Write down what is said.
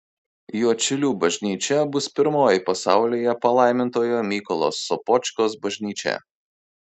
juodšilių bažnyčia bus pirmoji pasaulyje palaimintojo mykolo sopočkos bažnyčia